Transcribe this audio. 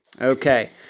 Okay